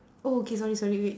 oh K sorry sorry wait